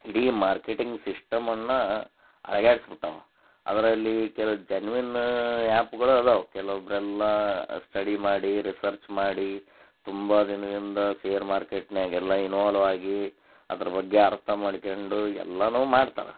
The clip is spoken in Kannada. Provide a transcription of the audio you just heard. ಇಡೀ ಮಾರ್ಕೇಟಿಂಗ್ ಸಿಶ್ಟಮನ್ನು ಅಲಗ್ಯಾಡ್ಸ್ ಬಿಟ್ಟವೆ ಅದರಲ್ಲಿ ಕೆಲವು ಜೆನ್ವಿನ್ ಆ್ಯಪ್ಗಳು ಅದಾವೆ ಕೆಲವೊಬ್ಬರೆಲ್ಲ ಸ್ಟಡಿ ಮಾಡಿ ರಿಸರ್ಚ್ ಮಾಡಿ ತುಂಬ ದಿನದಿಂದ ಸೇರ್ ಮಾರ್ಕೇಟ್ನಾಗ್ ಎಲ್ಲ ಇನ್ವೋಲ್ವ್ ಆಗಿ ಅದ್ರ ಬಗ್ಗೆ ಅರ್ಥ ಮಾಡ್ಕೊಂಡು ಎಲ್ಲನೂ ಮಾಡ್ತಾರೆ